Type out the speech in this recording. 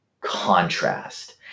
Contrast